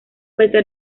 pesar